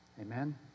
Amen